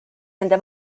nende